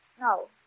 No